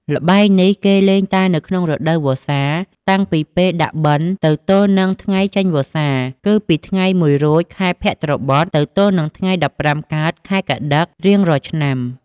ល្បែងនេះ គេលេងតែក្នុងរដូវវស្សា តាំងពីពេលដាក់បិណ្ឌទៅ ទល់នឹងថ្ងៃចេញវស្សា គឺពីថ្ងៃ ១ រោច ខែភទ្របទ ទៅទល់នឹងថៃ ១៥ កើត ខែកត្តិក រៀងរាល់ឆ្នាំ ។